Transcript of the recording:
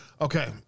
Okay